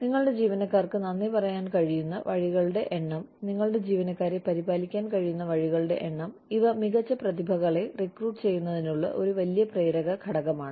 നിങ്ങളുടെ ജീവനക്കാർക്ക് നന്ദി പറയാൻ കഴിയുന്ന വഴികളുടെ എണ്ണം നിങ്ങളുടെ ജീവനക്കാരെ പരിപാലിക്കാൻ കഴിയുന്ന വഴികളുടെ എണ്ണം ഇവ മികച്ച പ്രതിഭകളെ റിക്രൂട്ട് ചെയ്യുന്നതിനുള്ള ഒരു വലിയ പ്രേരക ഘടകമാണ്